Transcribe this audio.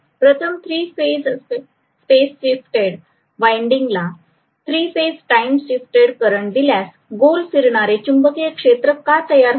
प्रथम three phase space shifted winding ला three phase time shifted current दिल्यास गोल फिरणारे चुंबकीय क्षेत्र का तयार होते